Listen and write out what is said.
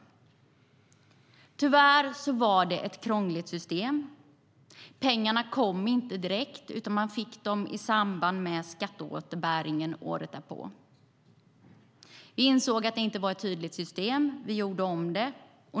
Tyvärr var det ett krångligt system. Pengarna kom inte direkt, utan man fick dem i samband med skatteåterbäringen året därpå. Vi insåg att det inte var ett tydligt system, så vi gjorde om det.